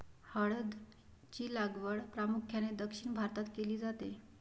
हळद ची लागवड प्रामुख्याने दक्षिण भारतात केली जाते